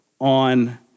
on